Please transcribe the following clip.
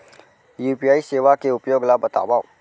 UPI सेवा के उपयोग ल बतावव?